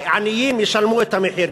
העניים ישלמו את המחיר,